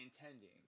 intending